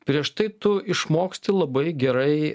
prieš tai tu išmoksti labai gerai